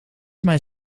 mijn